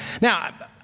Now